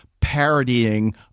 parodying